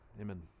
Amen